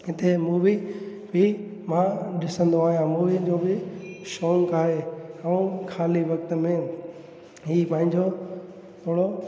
हिते मूवी बि मां ॾिसंदो आहियां मूवी जो बि शौक़ु आहे अऊं खाली वक़्त में ई पंहिंजो थोरो